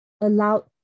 allowed